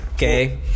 Okay